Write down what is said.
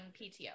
PTO